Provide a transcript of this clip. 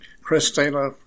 Christina